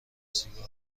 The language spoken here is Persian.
سیگار